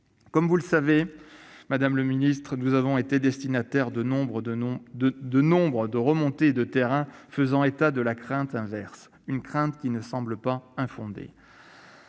Comme vous le savez, madame la ministre, nous avons été destinataires de nombre de remontées de terrain faisant état de la crainte inverse, qui ne semble pas infondée.